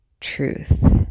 truth